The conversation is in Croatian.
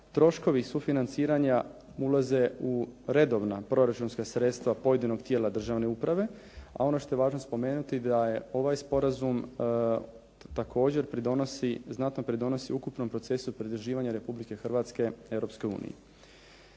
Troškovi sufinanciranja ulaze u redovna proračunska sredstva pojedinog tijela državne uprave a ono što je važno spomenuti da je ovaj sporazum također pridonosi, znatno pridonosi ukupnom procesu pridruživanja Republike Hrvatske Europskoj uniji.